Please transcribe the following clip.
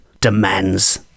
demands